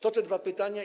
To te dwa pytania.